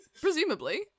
Presumably